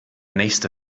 nächste